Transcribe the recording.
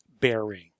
bearing